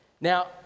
Now